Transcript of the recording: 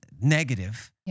negative